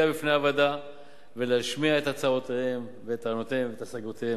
בפני הוועדה ולהשמיע את הצעותיהם ואת טענותיהם ואת השגותיהם.